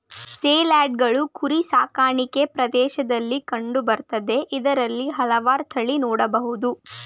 ಸೇಲ್ಯಾರ್ಡ್ಗಳು ಕುರಿ ಸಾಕಾಣಿಕೆ ಪ್ರದೇಶ್ದಲ್ಲಿ ಕಂಡು ಬರ್ತದೆ ಇದ್ರಲ್ಲಿ ಹಲ್ವಾರ್ ತಳಿ ನೊಡ್ಬೊದು